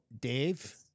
Dave